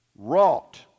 wrought